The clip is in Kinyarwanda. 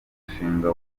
umushinga